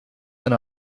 and